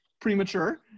premature